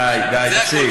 די, די, תפסיק.